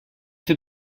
fait